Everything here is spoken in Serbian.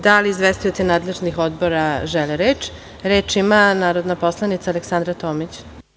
Da li izvestioci nadležnih odbora žele reč? (Da.) Reč ima narodna poslanica Aleksandra Tomić.